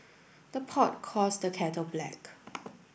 the pot calls the kettle black